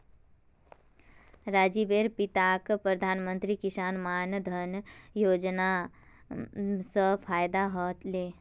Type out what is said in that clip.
राजीवेर पिताक प्रधानमंत्री किसान मान धन योजना स फायदा ह ले